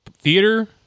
Theater